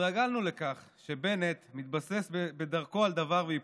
התרגלנו לכך שבנט מתבסס בדרכו על דבר והיפוכו.